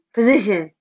Position